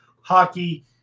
hockey